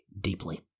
deeply